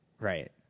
Right